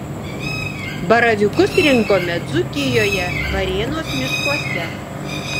baravykus rinkome dzūkijoje varėnos miškuose